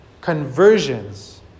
conversions